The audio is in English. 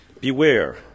Beware